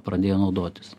pradėjo naudotis